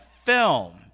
film